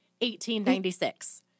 1896